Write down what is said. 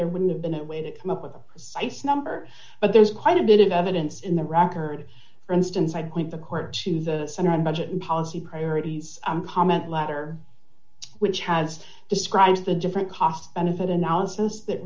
there wouldn't have been a way to come up with a precise number but there's quite a bit of evidence in the record for instance i'd point the court to the center on budget and policy priorities comment letter which has described the different cost benefit analysis th